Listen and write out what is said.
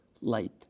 light